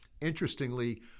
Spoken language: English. interestingly